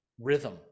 rhythm